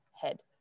head